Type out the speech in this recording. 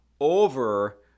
over